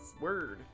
Word